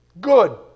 Good